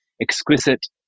exquisite